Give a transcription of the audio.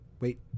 Wait